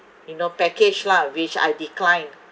you know package lah which I decline